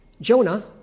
Jonah